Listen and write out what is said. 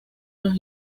los